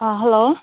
hello